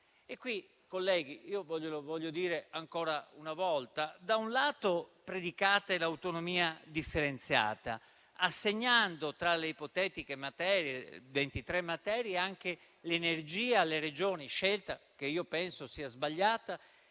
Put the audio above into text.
riguardo, colleghi, voglio dirlo ancora una volta: da un lato, predicate l'autonomia differenziata assegnando tra le ipotetiche ventitré materie anche l'energia alle Regioni, scelta che io penso sia sbagliata